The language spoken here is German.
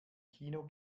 kino